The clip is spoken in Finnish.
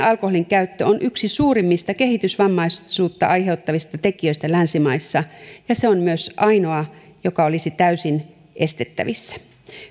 alkoholinkäyttö on yksi suurimmista kehitysvammaisuutta aiheuttavista tekijöistä länsimaissa ja se on myös ainoa joka olisi täysin estettävissä